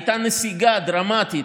הייתה נסיגה דרמטית,